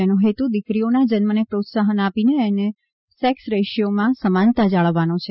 જેનો હેતુ દીકરીઓના જન્મને પ્રોત્સાહન આપીને અને સેક્સ રેશિયોમાં સમાનતા જાળવવાનો છે